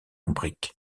brique